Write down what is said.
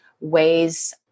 ways